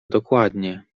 dokładnie